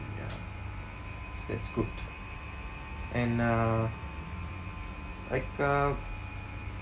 ya that's good and uh like uh